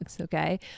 okay